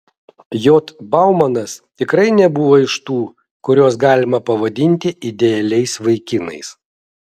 j baumanas tikrai nebuvo iš tų kuriuos galima pavadinti idealiais vaikinais